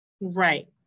Right